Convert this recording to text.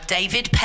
David